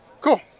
cool